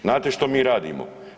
Znate što mi radimo?